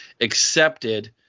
accepted –